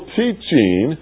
teaching